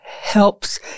helps